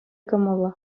кӑмӑллӑ